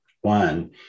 One